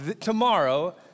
tomorrow